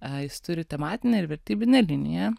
jis turi tematinę ir vertybinę liniją